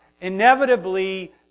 Inevitably